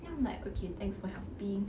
then I'm like okay thanks for helping